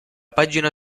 pagina